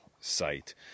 site